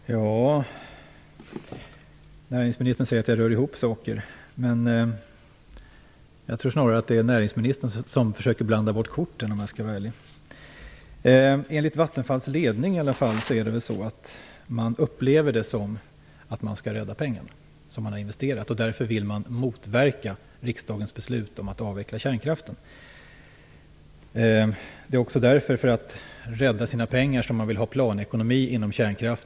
Fru talman! Näringsministern säger att jag rör ihop saker. Men om jag skall vara ärlig tror jag snarare att det är näringsministern som försöker blanda bort korten. Åtminstone enligt Vattenfalls ledning upplever man det som att man skall rädda de pengar som man har investerat och därför vill man motverka riksdagens beslut om att avveckla kärnkraften. Det är också för att rädda sina pengar som man vill ha planekonomi när det gäller kärnkraften.